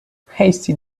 hasty